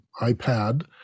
iPad